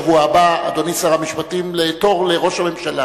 אדוני שר המשפטים, אני מתכוון לעתור לראש הממשלה